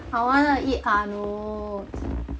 I wanna eat arnold's